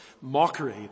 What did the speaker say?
mockery